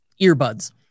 earbuds